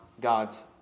God's